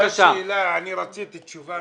רציתי לדעת